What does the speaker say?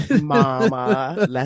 Mama